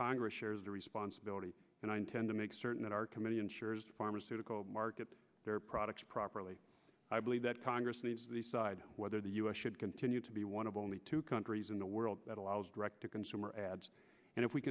congress shares the responsibility and i intend to make certain that our committee ensures pharmaceutical market their products properly i believe that congress needs to the side whether the u s should continue to be one of only two countries in the world that allows direct to consumer ads and if we